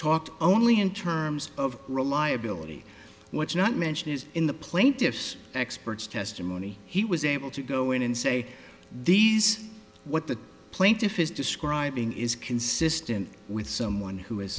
talked only in terms of reliability what's not mention is in the plaintiff's expert's testimony he was able to go in and say these what the plaintiff is describing is consistent with someone who has